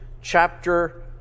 chapter